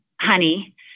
honey